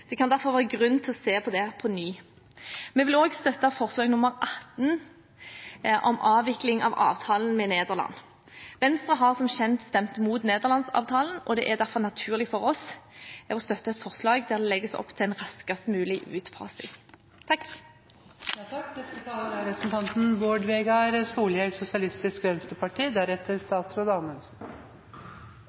Det kan derfor være grunn til å se på dette på ny. Vi vil også støtte forslag nr. 18, om avvikling av avtalen med Nederland. Venstre har som kjent stemt mot Nederlandsavtalen, og det er derfor naturlig for oss å støtte et forslag der det legges opp til en raskest mulig utfasing.